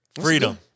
Freedom